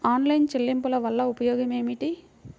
Online చెల్లింపుల వల్ల ఉపయోగమేమిటీ?